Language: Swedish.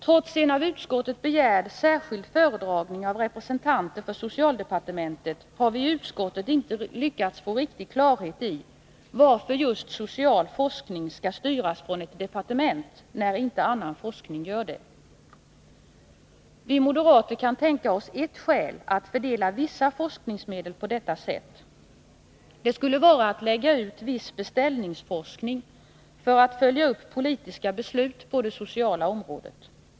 Trots en av utskottet begärd särskild föredragning av representanter för socialdepartementet har vi i utskottet inte lyckats få riktig klarhet i varför just social forskning skall styras från ett departement när inte annan forskning gör det. Vi moderater kan tänka oss ett skäl till att fördela vissa forskningsmedel på detta sätt. Det skulle vara att man lägger ut viss beställningsforskning för att följa upp politiska beslut på det sociala området.